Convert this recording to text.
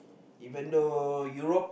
even though Europe